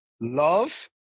love